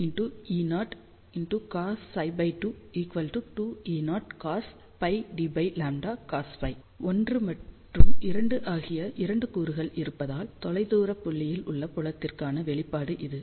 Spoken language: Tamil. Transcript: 1 மற்றும் 2 ஆகிய 2 கூறுகள் இருப்பதால் தொலைதூர புள்ளியில் உள்ள புலத்திற்கான வெளிப்பாடு இது